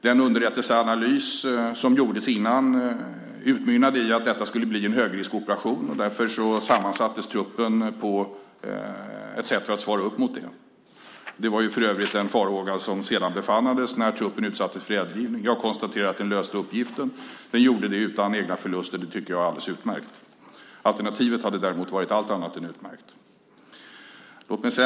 Den underrättelseanalys som gjordes före utmynnade i att detta skulle bli en högriskoperation och därför sammansattes truppen på ett sätt som svarade upp mot det. Det var för övrigt en farhåga som sedan besannades när truppen utsattes för eldgivning. Jag konstaterar att den löste uppgiften utan egna förluster. Det tycker jag var alldeles utmärkt. Alternativet hade däremot varit allt annat än utmärkt.